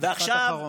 משפט אחרון.